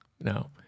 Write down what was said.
No